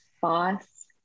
boss